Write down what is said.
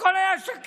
הכול היה שקט,